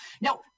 Now